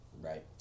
Right